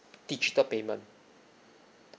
digital payment